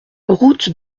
route